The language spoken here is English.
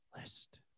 list